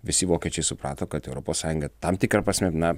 visi vokiečiai suprato kad europos sąjunga tam tikra prasme na